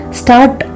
start